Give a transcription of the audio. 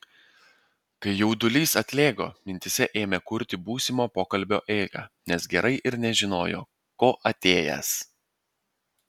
kai jaudulys atlėgo mintyse ėmė kurti būsimo pokalbio eigą nes gerai ir nežinojo ko atėjęs